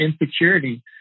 insecurity